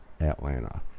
Atlanta